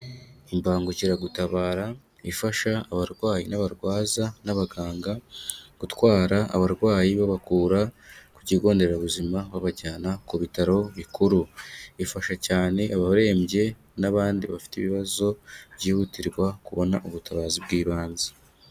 Imbangukiragutabara ifasha abarwayi n'abarwaza n'abaganga gutwara abarwayi babakura ku kigo nderabuzima babajyana ku bitaro bikuru. Ifasha cyane abarembye n'abandi bafite ibibazo byihutirwa kubona ubutabazi bw'ibanze.